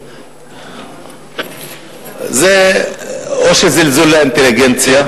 זה או זלזול באינטליגנציה,